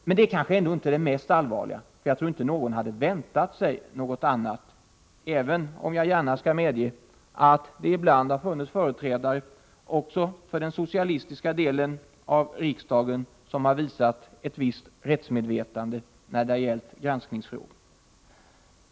Men det är kanske ändå inte det mest allvarliga, för jag tror inte att någon hade väntat sig något annat, även om jag gärna skall medge att det ibland har funnits företrädare också för den socialistiska delen av riksdagen som har visat ett visst rättsmedvetande när det gällt granskningsfrågor.